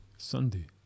Sunday